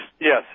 Yes